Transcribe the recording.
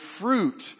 fruit